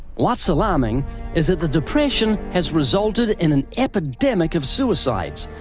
what's alarming is that the depression has resulted in an epidemic of suicides.